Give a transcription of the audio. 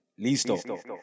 Listo